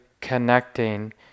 connecting